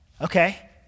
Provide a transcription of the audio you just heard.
Okay